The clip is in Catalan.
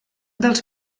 dels